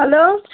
hello